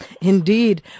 Indeed